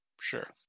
Sure